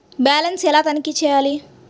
Balance ఎలా తనిఖీ చేయాలి?